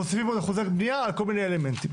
מוסיפים אחוזי בנייה על כל מיני אלמנטים?